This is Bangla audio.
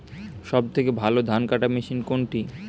সবথেকে ভালো ধানকাটা মেশিন কোনটি?